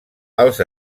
els